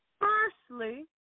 Firstly